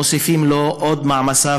מוסיפים עליו עוד מעמסה,